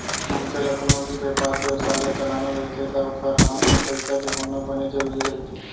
मनखे ल कोनो भी बेपार बेवसाय ल चलाना रहिथे ता ओखर हात म पइसा के होना बने जरुरी रहिथे